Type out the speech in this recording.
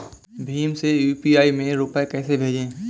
भीम से यू.पी.आई में रूपए कैसे भेजें?